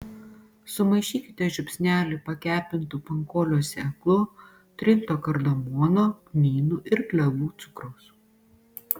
sumaišykite žiupsnelį pakepintų pankolio sėklų trinto kardamono kmynų ir klevų cukraus